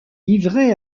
livré